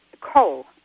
coal